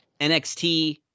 NXT